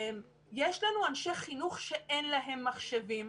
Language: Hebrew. יש לנו אנשי חינוך שאין להם מחשבים